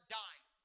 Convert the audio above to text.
dying